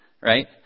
Right